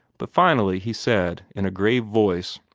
but finally he said, in a grave voice